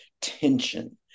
tension